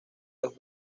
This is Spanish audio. los